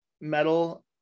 metal